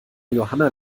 johanna